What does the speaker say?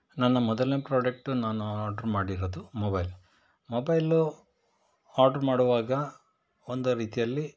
ನನ್ನ ಮೊದಲನೇ ಪ್ರಾಡಕ್ಟು ನಾನು ಆರ್ಡರ್ ಮಾಡಿರೋದು ಮೊಬೈಲ್ ಮೊಬೈಲು ಆರ್ಡರ್ ಮಾಡುವಾಗ ಒಂದು ರೀತಿಯಲ್ಲಿ